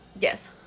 Yes